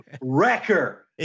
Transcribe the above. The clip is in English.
wrecker